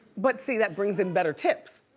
but see, that brings in better tips,